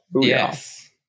yes